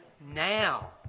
now